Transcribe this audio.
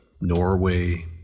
Norway